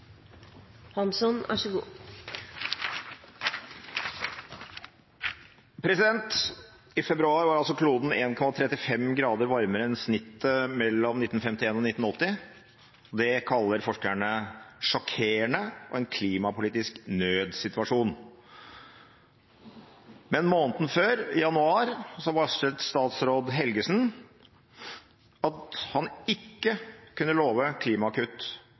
I februar var altså kloden 1,35 grader varmere enn snittet mellom 1951 og 1980. Det kaller forskerne sjokkerende og en klimapolitisk nødsituasjon. Men måneden før, i januar, varslet statsråd Helgesen at han ikke kunne love